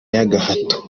y’agahato